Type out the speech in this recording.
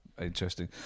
Interesting